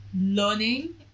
learning